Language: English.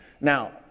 Now